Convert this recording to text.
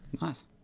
nice